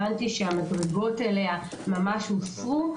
הבנתי שהמדרגות אליה הוסרו,